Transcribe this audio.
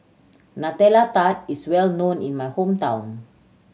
Nutella Tart is well known in my hometown